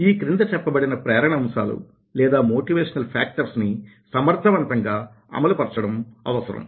ఈ క్రింద చెప్పబడిన ప్రేరణ అంశాలు లేదా మోటివేషనల్ ఫ్యాక్టర్స్ నీ సమర్థవంతంగా అమలుపర్చడం అవసరం